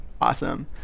Awesome